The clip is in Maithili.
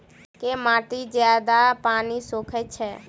केँ माटि जियादा पानि सोखय छै?